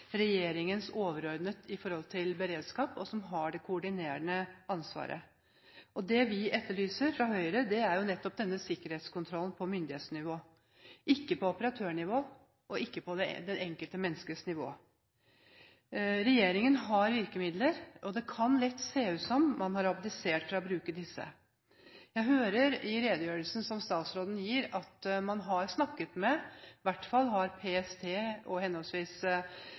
regjeringens overordnede når det gjelder beredskap, og som har det koordinerende ansvaret. Det vi fra Høyre etterlyser, er nettopp denne sikkerhetskontrollen på myndighetsnivå – ikke på operatørnivå, og ikke på det enkelte menneskes nivå. Regjeringen har virkemidler, men det kan lett se ut som om man har abdisert fra å bruke disse. Jeg hører i statsrådens redegjørelse at PST og NSM, Nasjonal sikkerhetsmyndighet, har snakket med henholdsvis NetCom og Telenor, men det er ikke den etterlysningen som vi har.